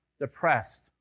depressed